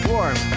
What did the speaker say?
Warm